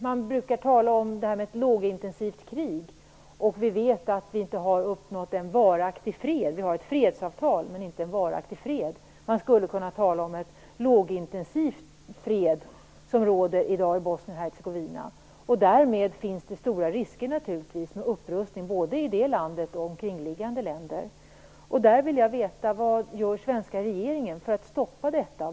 Man brukar tala om lågintensiva krig. Vi vet att vi inte har uppnått en varaktig fred. Vi har ett fredsavtal, men inte en varaktig fred. Man skulle kunna tala om att det i dag råder en lågintensiv fred i Bosnien Hercegovina. Därmed finns det naturligtvis stora risker för upprustning, både i det landet och i kringliggande länder. Jag vill veta vad den svenska regeringen gör för att stoppa detta.